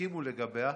הסכימו לגביה.